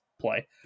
play